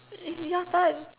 is your turn